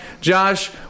Josh